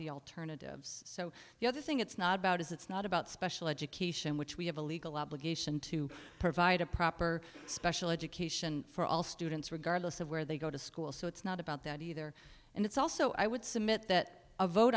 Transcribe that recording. the alternatives so the other thing it's not about is it's not about special education which we have a legal obligation to provide a proper special education for all students regardless of where they go to school so it's not about that either and it's also i would submit that a vote